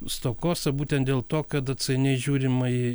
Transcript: stokos o būtent dėl to kad atsainiai žiūrima į